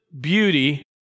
beauty